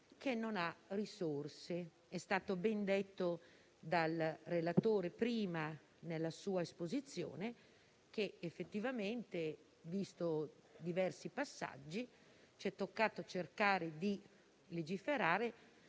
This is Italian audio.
che non ha risorse, come è stato ben detto dal relatore nella sua esposizione. Effettivamente, visti i diversi passaggi, ci è toccato cercare di legiferare